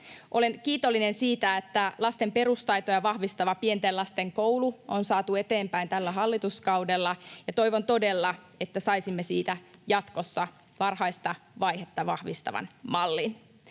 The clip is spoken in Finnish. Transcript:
Olen kiitollinen siitä, että lasten perustaitoja vahvistava pienten lasten koulu on saatu eteenpäin tällä hallituskaudella, ja toivon todella, että saisimme siitä jatkossa varhaista vaihetta vahvistavan mallin.